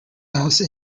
house